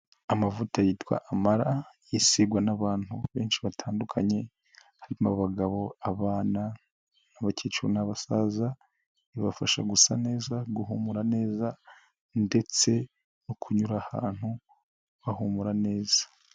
Amavuta yitwa Amara yisigwa n'abantu benshi batandukanye harimo abagabo, abana n'abakecuru n'abasaza, ibafasha gu gusa neza guhumura neza ndetse no kunyura ahantu hahumura neza.